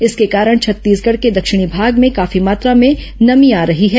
इसके कारण छत्तीसगढ़ के दक्षिणी भाग में काफी मात्रा में नमी आ रही है